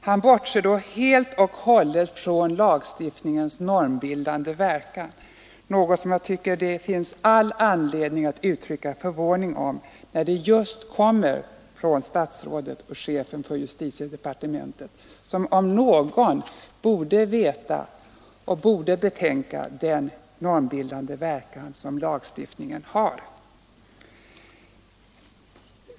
Han bortser då helt och hållet från lagstiftningens normbildande verkan, något som jag tycker att det finns all anledning att uttrycka förvåning över, när det kommer från chefen för justitiedepartementet som om någon borde veta om och betänka den normbildande verkan som lagstiftningen har.